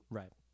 right